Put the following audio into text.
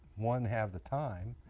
one, have the time,